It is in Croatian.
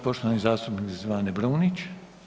Poštovani zastupnik Zvane BrumniĆ.